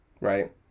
right